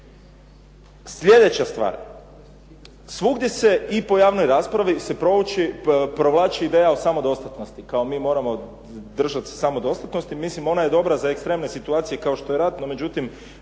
Sljedeća stvar, svugdje se i po javnoj raspravi provlači ideja o samodostatnosti, kao mi se moramo držati samodostatnosti. Mislim ona je dobra za ekstremne situacije kao što je rat, no međutim